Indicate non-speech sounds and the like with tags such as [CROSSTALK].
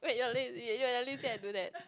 wait your lazy ya ya [NOISE] say I do that